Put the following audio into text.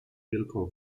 wielką